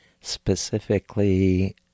specifically